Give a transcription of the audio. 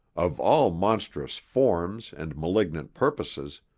of all monstrous forms and malignant purposes,